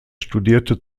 studierte